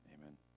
Amen